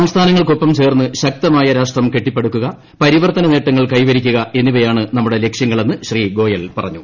സംസ്ഥാനങ്ങൾക്കൊപ്പം ചേർന്ന് ശക്തമായ രാഷ്ട്രം കെട്ടിപ്പടുക്കുക പരിവർത്തന നേട്ടങ്ങൾ കൈവരിക്കുക എന്നിവയാണ് നമ്മുടെ ലക്ഷ്യങ്ങളെന്ന് ശ്രീ ഗോയൽ പറഞ്ഞു